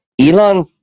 Elon